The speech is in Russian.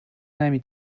нами